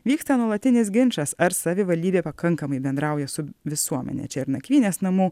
vyksta nuolatinis ginčas ar savivaldybė pakankamai bendrauja su visuomene čia ir nakvynės namų